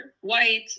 white